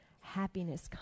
happiness